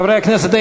חברי הכנסת,